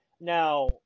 Now